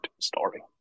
story